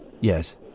Yes